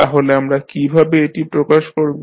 তাহলে আমরা কীভাবে এটি প্রকাশ করব